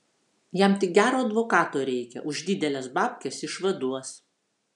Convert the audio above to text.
jam tik gero advokato reikia už dideles babkes išvaduos